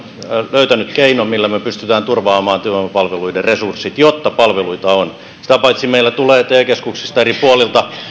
löytänyt keinon millä me pystymme turvaamaan työvoimapalveluiden resurssit jotta palveluita on sitä paitsi meillä tulee te keskuksista eri puolilta